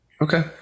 Okay